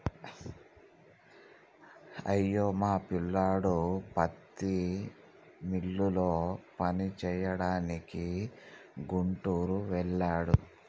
అయ్యో మా పిల్లోడు పత్తి మిల్లులో పనిచేయడానికి గుంటూరు వెళ్ళాడు